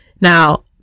Now